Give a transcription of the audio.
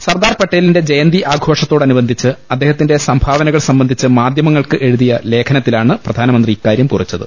സർദാർ പട്ടേലിന്റെ ജയന്തി ആഘോ ഷത്തോടനുബന്ധിച്ച് അദ്ദേഹത്തിന്റെ സംഭാവനകൾ സംബന്ധിച്ച് മാധ്യമങ്ങൾക്ക് എഴുതിയ ലേഖനത്തിലാണ് പ്രധാനമന്ത്രി ഇക്കാര്യം കുറിച്ചത്